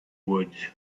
woods